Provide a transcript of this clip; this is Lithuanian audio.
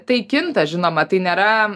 tai kinta žinoma tai nėra